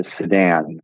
sedan